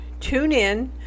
TuneIn